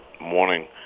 morning